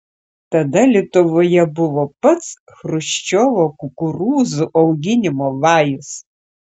tada lietuvoje buvo pats chruščiovo kukurūzų auginimo vajus